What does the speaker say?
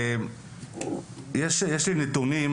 יש לי נתונים,